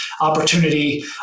opportunity